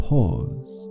Pause